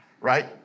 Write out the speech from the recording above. Right